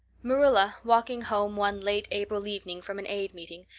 marilla, walking home one late april evening from an aid meeting,